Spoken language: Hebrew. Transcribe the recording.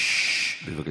בבקשה.